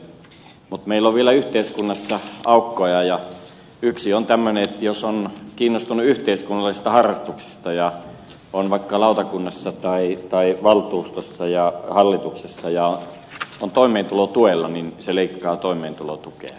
mutta meillä on vielä yhteiskunnassa aukkoja ja yksi on tämmöinen että jos on kiinnostunut yhteiskunnallisista harrastuksista ja on vaikkapa lautakunnassa tai valtuustossa ja hallituksessa ja on toimeentulotuella niin se leikkaa toimeentulotukea